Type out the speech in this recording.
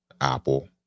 Apple